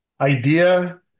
idea